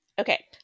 Okay